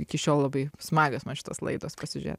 iki šiol labai smagios man šitos laidos pasižiūrė